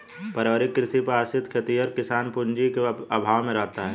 पारिवारिक कृषि पर आश्रित खेतिहर किसान पूँजी के अभाव में रहता है